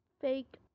fake